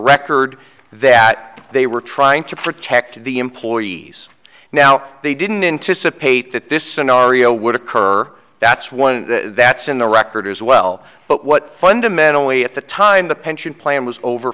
record that they were trying to protect the employees now they didn't intice a paper that this scenario would occur that's one that's in the record as well but what fundamentally at the time the pension plan was over